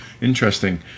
interesting